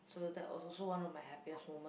so that was also one of my happiest moment